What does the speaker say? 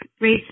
race